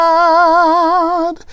God